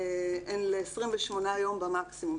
הן ל-28 יום במקסימום,